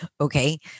okay